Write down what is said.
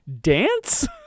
Dance